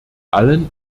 allen